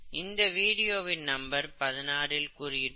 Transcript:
இதை video number 16 இல் கூறியிருப்பார்கள்